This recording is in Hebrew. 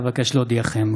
אבקש להודיעכם,